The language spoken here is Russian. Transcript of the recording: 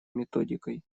методикой